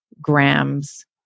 grams